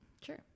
Sure